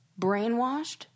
brainwashed